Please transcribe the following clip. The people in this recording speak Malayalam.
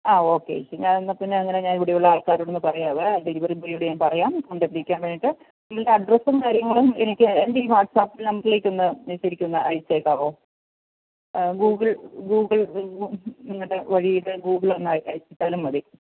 ആഹ് ഓക്കെ ചേച്ചി ഞാനെന്നാൽ പിന്നെ അങ്ങനെ ഇവിടെയുളള ആൾക്കാരോടൊന്ന് പറയാമേ ഡെലിവറി ബോയിയോട് ഞാൻ പറയാം കൊണ്ടെത്തിക്കാൻ വേണ്ടിയിട്ട് ഈ അഡ്രസ്സും കാര്യങ്ങളും എനിക്ക് എൻ്റെ ഈ വാട്സ്ആപ്പ് നമ്പറിലേക്ക് ഒന്ന് ചേച്ചിയെനിക്കൊന്ന് അയച്ചേക്കാമോ ഗൂഗിൾ ഗൂഗിൾ ആ വഴിയിലെ ഗൂഗിൾ ഒന്ന് അയച്ചിട്ടാലും മതി